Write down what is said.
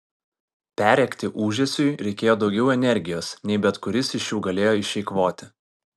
perrėkti ūžesiui reikėjo daugiau energijos nei bet kuris iš jų galėjo išeikvoti